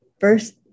first